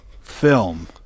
film